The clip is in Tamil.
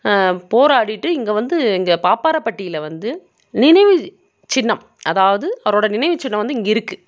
போராடிட்டு இங்கே வந்து இங்கே பாப்பாரபட்டியில் வந்து நினைவு சின்னம் அதாவது அவரோடய நினைவு சின்னம் வந்து இங்கே இருக்குது